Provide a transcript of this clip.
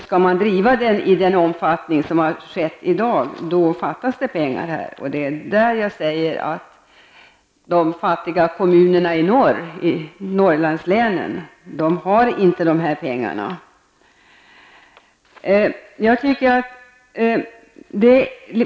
Skall man driva den i samma omfattning som i dag, då fattas det pengar, och jag säger att de fattiga kommunerna i norrlandslänen har inte de pengarna.